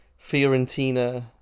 Fiorentina